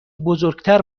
بزرگتر